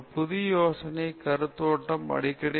ஒரு புதிய யோசனைக்கான கருத்தோட்டம் அடிக்கடி நிகழ்கிறது